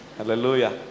Hallelujah